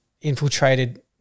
infiltrated